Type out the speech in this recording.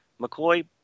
McCoy